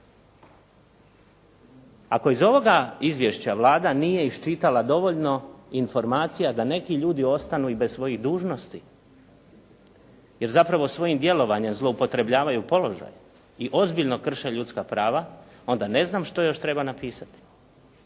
Ako iz ovoga izvješća Vlada nije iščitala dovoljno informacija da neki ljudi ostanu i bez svojih dužnosti, jer zapravo svojim djelovanjem zloupotrebljavaju položaj i ozbiljno krše ljudska prava, onda ne znam što još treba napisati.